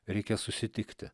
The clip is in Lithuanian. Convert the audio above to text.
reikia susitikti